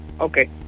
Okay